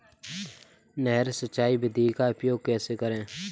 नहर सिंचाई विधि का उपयोग कैसे करें?